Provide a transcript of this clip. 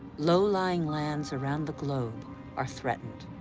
low-lying lands around the globe are threatened.